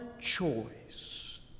choice